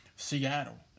Seattle